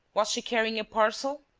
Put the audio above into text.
was she carrying a parcel?